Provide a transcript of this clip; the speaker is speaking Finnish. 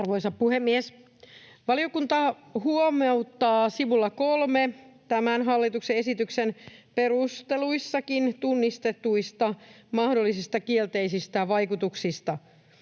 Arvoisa puhemies! Valiokunta huomauttaa sivulla 3 tämän hallituksen esityksen perusteluissakin tunnistetuista mahdollisista kielteisistä vaikutuksista